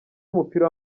w’umupira